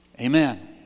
amen